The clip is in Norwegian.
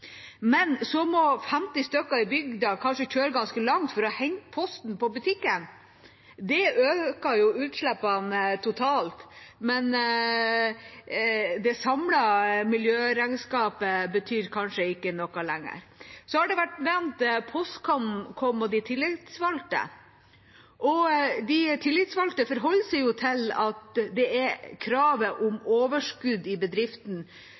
men så må 50 stykker i bygda kanskje kjøre ganske langt for å hente posten på butikken. Det øker jo de totale utslippene. Men det samlede miljøregnskapet betyr kanskje ikke noe lenger. Så har Postkom og de tillitsvalgte vært nevnt. De tillitsvalgte forholder seg til det veldig uttalte kravet om overskudd i bedriften. Det kravet er faktisk større enn kravet til at